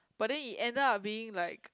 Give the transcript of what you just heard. but then it ends up being like